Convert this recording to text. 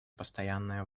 постоянная